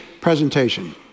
presentation